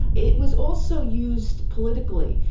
it was also used politically.